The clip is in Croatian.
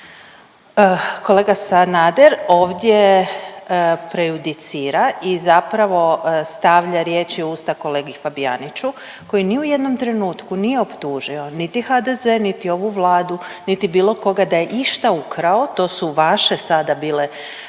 kolega Sanader ovdje prejudicira i zapravo stavlja riječi u usta kolegi Fabijaniću koji ni u jednom trenutku nije optužio niti HDZ niti ovu Vladu niti bilo koga da je išta ukrao, to su vaše sada bile riječi